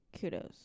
kudos